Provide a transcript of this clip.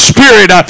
Spirit